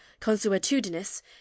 consuetudinis